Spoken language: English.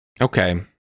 Okay